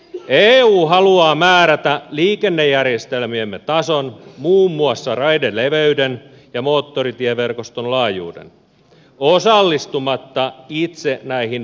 eu haluaa määrätä liikennejärjestelmiemme tason muun muassa raideleveyden ja moottoritieverkoston laajuuden osallistumatta itse näihin valtaviin kustannuksiin